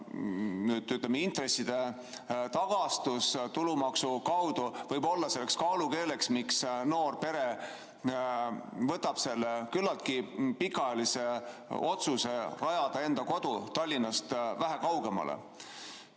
ütleme, intresside tagastus tulumaksu kaudu võib olla selleks kaalukeeleks, miks noor pere võtab selle küllaltki pikaajalise otsuse rajada enda kodu Tallinnast vähe kaugemale.